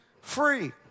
free